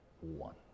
one